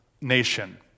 nation